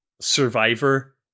survivor